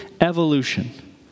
evolution